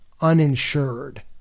uninsured